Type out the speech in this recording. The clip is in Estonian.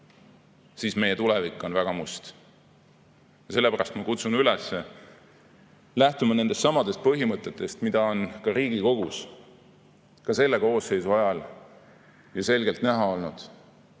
siis meie tulevik on väga must. Sellepärast ma kutsun üles lähtuma nendestsamadest põhimõtetest, mida on Riigikogus ka selle koosseisu ajal ju selgelt näha olnud.